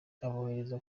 abohereza